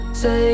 say